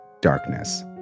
darkness